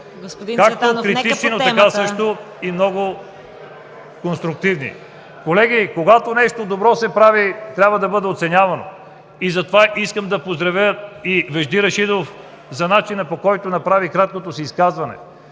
бяха критични, но така също и много конструктивни. Колеги, когато нещо добро се прави, трябва да бъде оценявано. Затова искам да поздравя Вежди Рашидов а за начина, по който направи краткото си изказване,